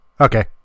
Okay